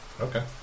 Okay